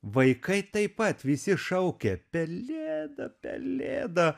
vaikai taip pat visi šaukia pelėda pelėda